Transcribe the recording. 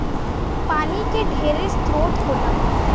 पानी के ढेरे स्रोत होला